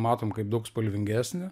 matom kaip daug spalvingesnį